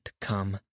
come